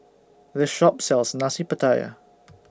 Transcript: This Shop sells Nasi Pattaya